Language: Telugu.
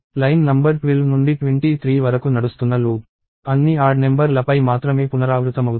లైన్ నంబర్ 12 నుండి 23 వరకు నడుస్తున్న లూప్ అన్ని ఆడ్ నెంబర్ లపై మాత్రమే పునరావృతమవుతుంది